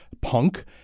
punk